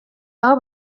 aho